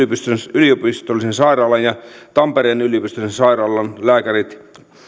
yliopistollisen sairaalan ja tampereen yliopistollisen sairaalan lääkärit